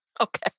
Okay